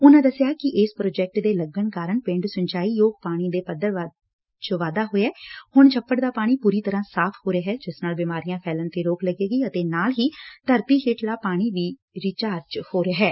ਉਨਾਂ ਦੱਸਿਆ ਕਿ ਇਸ ਪ੍ਰੋਜੈਕਟ ਦੇ ਲੱਗਣ ਕਾਰਨ ਪਿੰਡ ਸਿੰਚਾਈ ਯੋਗ ਪਾਣੀ ਦੇ ਪੱਧਰ ਚ ਵਾਧਾ ਹੋਇਐ ਹੁਣ ਛੱਪੜ ਦਾ ਪਾਣੀ ਪੁਰੀ ਤਰੁਾ ਸਾਫ ਹੋ ਰਿਹੈ ਜਿਸ ਨਾਲ ਬਿਮਾਰੀਆ ਫੈਲਣ ਤੇ ਰੋਕ ਲੱਗੇਗੀ ਅਤੇ ਨਾਲ ਹੀ ਧਰਤੀ ਹੇਠਲਾ ਪਾਣੀ ਵੀ ਵੀ ਰੀਚਾਰਜ ਹੋ ਰਿਹੈ